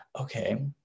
okay